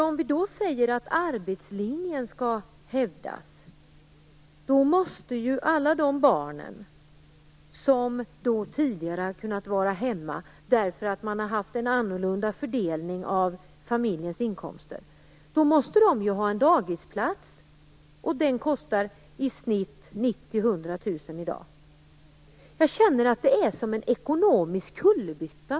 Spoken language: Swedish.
Om vi säger att arbetslinjen skall hävdas måste alla de barn som tidigare har kunnat vara hemma därför att man har haft en annorlunda fördelning av familjens inkomster nu ha en dagisplats. Den kostar i snitt 90 000-100 000 kr i dag. Jag känner att det är som en ekonomisk kullerbytta.